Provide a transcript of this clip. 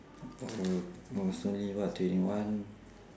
uh I was only what twenty one